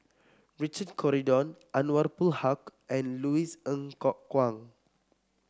Richard Corridon Anwarul Haque and Louis Ng Kok Kwang